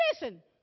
Listen